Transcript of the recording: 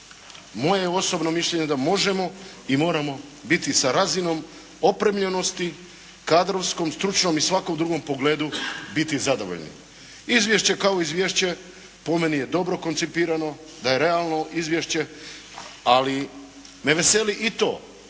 moje osobno mišljenje je da možemo i moramo biti sa razinom opremljenosti, kadrovskom, stručnom i u svakom drugom pogledu biti zadovoljni. Izvješće kao izvješće po meni je dobro koncipirano, da je realno izvješće, ali me veseli i to